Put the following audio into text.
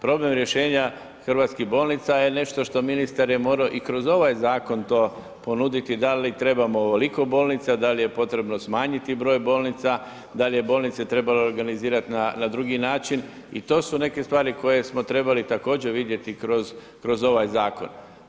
Problem rješenja hrvatskih bolnica je nešto što ministar je morao i kroz ovaj zakon to ponuditi, da li trebamo ovoliko bolnica, da li je potrebno smanjiti broj bolnica, da li je bolnice trebalo organizirati na drugi način i to su neke stvari koje smo trebali također vidjeti kroz ovaj zakon.